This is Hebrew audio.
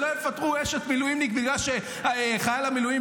שלא יפטרו אשת מילואימניק בגלל שחייל המילואים